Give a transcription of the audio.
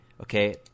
Okay